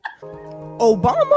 Obama